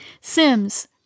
Sims